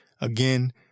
again